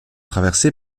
traversé